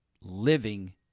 living